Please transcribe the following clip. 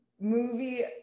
movie